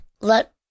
Let